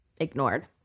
ignored